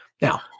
Now